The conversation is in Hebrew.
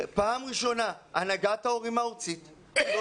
פעם ראשונה הנהגת ההורים הארצית לא